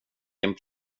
din